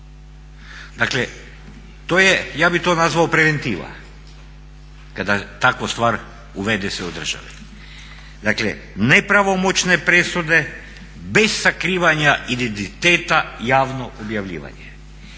Dakle, ja bih to nazvao preventiva, kada takva stvar uvede se u državi. Dakle, nepravomoćne presude bez sakrivanja identiteta javno objavljivanje.